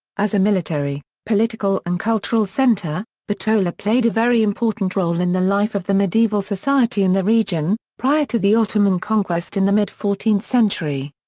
as a military, political and cultural center, bitola played a very important role in the life of the medieval society in the region, prior to the ottoman conquest in the mid fourteenth century.